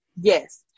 yes